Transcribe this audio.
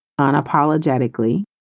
unapologetically